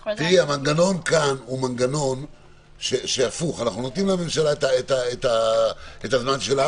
-- המנגנון פה הוא הפוך אנחנו נותנים לממשלה את הזמן שלה,